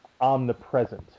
omnipresent